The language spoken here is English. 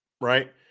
Right